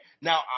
Now